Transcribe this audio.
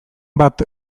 bat